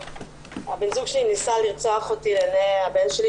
בן הזוג שלי ניסה לרצוח אותי לעיניי הבן שלי,